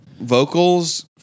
vocals